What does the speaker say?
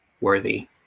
worthy